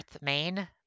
Main